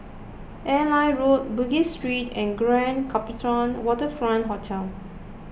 Airline Road Bugis Street and Grand Copthorne Waterfront Hotel